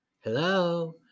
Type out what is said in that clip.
hello